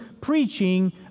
preaching